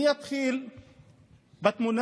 אני אתחיל בתמונה